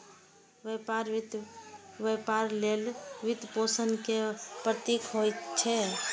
व्यापार वित्त व्यापार लेल वित्तपोषण के प्रतीक होइ छै